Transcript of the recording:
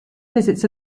visits